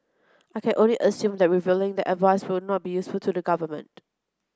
I can only assume that revealing the advice would not be useful to the government